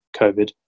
COVID